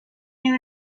new